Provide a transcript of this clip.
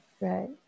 Right